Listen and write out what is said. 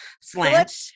slant